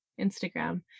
Instagram